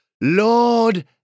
Lord